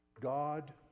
God